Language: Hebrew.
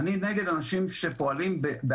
אבל אני כן נגד אנשים שפועלים בארסיות,